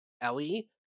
Ellie